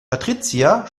patricia